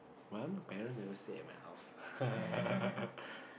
my parents never stay at my house